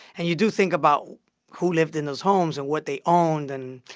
and you do think about who lived in those homes and what they owned. and,